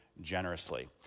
generously